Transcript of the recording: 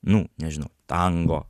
nu nežinau tango